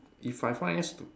if I find it stu~